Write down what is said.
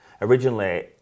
Originally